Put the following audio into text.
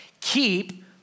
Keep